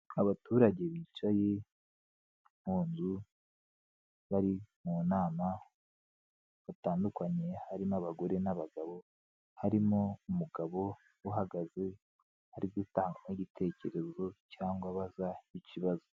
Abaturage bicaye mu nzu bari mu nama batandukanye harimo abagore n'abagabo, harimo umugabo uhagaze ari gutanga igitekerezo cyangwa abaza ikibazo.